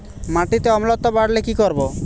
মাটিতে অম্লত্ব বাড়লে কি করব?